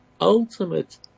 ultimate